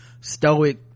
stoic